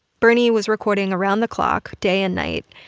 bernie was recording around the clock day and night,